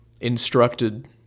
instructed